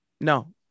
No